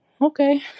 Okay